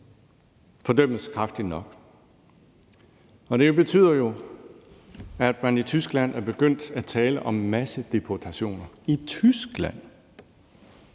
fordømmes kraftigt nok. Det betyder jo, at man i Tyskland er begyndt at tale om massedeportationer – i Tyskland!